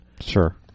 Sure